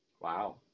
wow